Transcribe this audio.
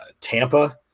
Tampa